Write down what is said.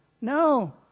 No